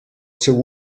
seu